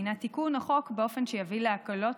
הינה תיקון החוק באופן שיביא להקלות